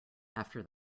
after